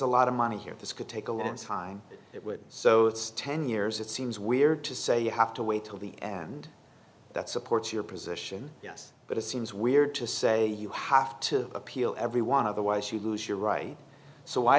a lot of money here this could take a long time it would so it's ten years it seems weird to say you have to wait till the end that supports your position yes but it seems weird to say you have to appeal every one of the why she lose your right so w